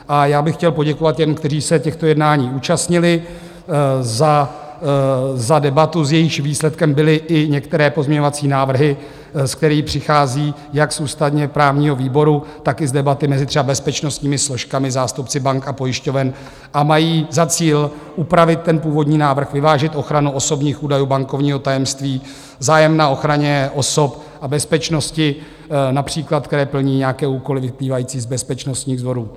A já bych chtěl poděkovat těm, kteří se těchto jednání účastnili, za debatu, jejímž výsledkem byly i některé pozměňovací návrhy, které přichází, jak z ústavněprávního výboru, tak i z debaty mezi třeba bezpečnostními složkami, zástupci bank a pojišťoven a mají za cíl upravit ten původní návrh, vyvážit ochranu osobních údajů, bankovního tajemství, zájem na ochraně osob a bezpečnosti, například které plní nějaké úkoly vyplývající z bezpečnostních sborů.